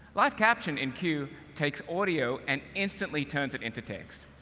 live caption in q takes audio and instantly turns it into text.